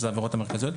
שהן העבירות המרכזיות,